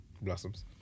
Blossoms